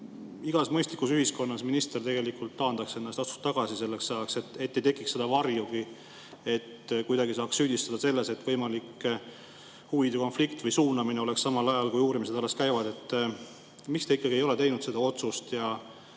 igas mõistlikus ühiskonnas minister tegelikult taandaks ennast, astuks tagasi selleks ajaks, et ei tekiks seda varjugi, et kuidagi saaks süüdistada selles, et on võimalik huvide konflikt või suunamine samal ajal, kui uurimised alles käivad. Miks te ikkagi ei ole teinud seda otsust